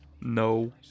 No